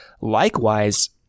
likewise